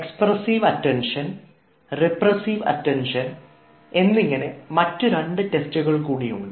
expressive attention receptive attention എന്നീ മറ്റു രണ്ട് ടെസ്റ്റുകൾ കൂടിയുണ്ട്